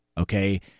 Okay